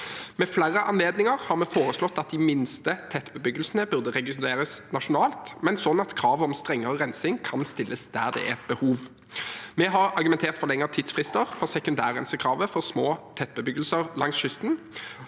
Ved flere anledninger har vi foreslått at de minste tettbebyggelsene burde reguleres nasjonalt, men sånn at kravet om strengere rensing kan stilles der det er behov. Vi har argumentert for lengre tidsfrister for sekundærrensekravet for små tettbebyggelser langs kysten,